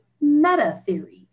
meta-theory